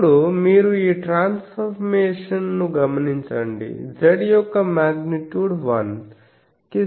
ఇప్పుడు మీరు ఈ ట్రాన్స్ఫర్మేషన్ ను గమనించండి Z యొక్క మాగ్నిట్యూడ్ 1 కి సమానం అని అన్నారు